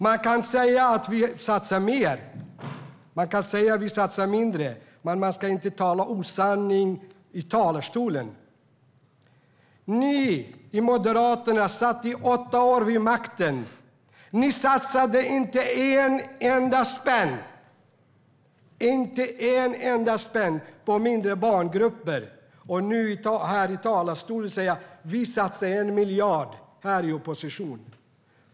Man kan säga att vi satsar mer eller att vi satsar mindre, men man ska inte tala osanning i talarstolen. Ni i Moderaterna satt vid makten i åtta år. Ni satsade inte en spänn, inte en enda, på mindre barngrupper, och nu säger ni här i talarstolen att ni satsar 1 miljard, i opposition.